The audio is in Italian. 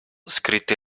scritto